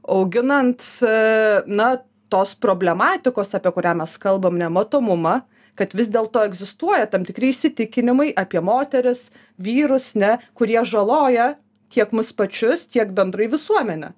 auginant a na tos problematikos apie kurią mes kalbam nematomumą kad vis dėlto egzistuoja tam tikri įsitikinimai apie moteris vyrus ne kurie žaloja tiek mus pačius tiek bendrai visuomenę